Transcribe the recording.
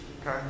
okay